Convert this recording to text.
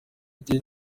cye